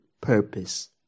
purpose